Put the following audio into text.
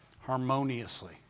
Harmoniously